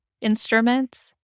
instruments